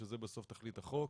שזו בסוף תכלית החוק.